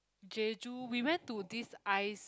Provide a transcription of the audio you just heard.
jeju we went to this ice